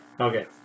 Okay